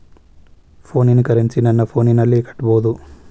ಫೋನಿನ ಕರೆನ್ಸಿ ನನ್ನ ಫೋನಿನಲ್ಲೇ ಕಟ್ಟಬಹುದು?